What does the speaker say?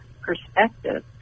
perspective